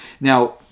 Now